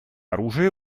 оружие